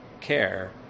care